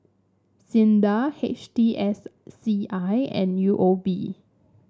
SINDA H T S C I and U O B